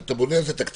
אתה בונה על זה תקציב,